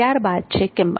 ત્યારબાદ છે કે કિંમત